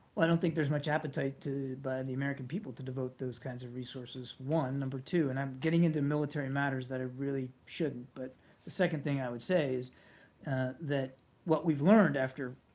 i don't think there's much appetite by and the american people to devote those kinds of resources one. number two and i'm getting into military matters that i really shouldn't but the second thing i would say is that what we've learned after